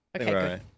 Okay